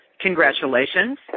Congratulations